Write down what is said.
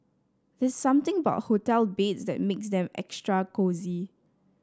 there something about hotel beds that makes them extra cosy